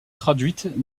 traduites